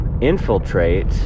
infiltrate